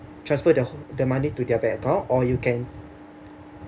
transfer the the money to their bank account or you can